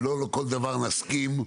ולא לכל דבר נסכים,